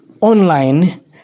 online